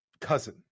cousin